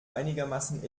einigermaßen